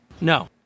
No